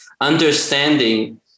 understanding